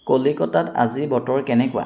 কলিকতাত আজি বতৰ কেনেকুৱা